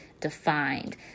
defined